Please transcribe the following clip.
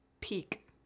peak